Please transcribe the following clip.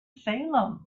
salem